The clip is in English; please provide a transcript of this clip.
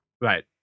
Right